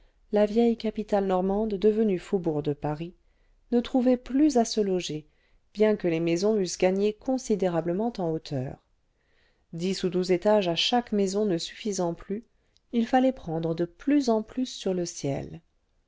la vieille capitale normande devenue faubourg de paris ne trouvait plus à se loger bien que les maisons eussent gagné le vingtième siècle considérablement en hauteur dix ou douze étages à chaque maison ne suffisant plus il fallait prendre de plus en plus sur le ciel